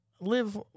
live